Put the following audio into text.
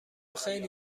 خیلی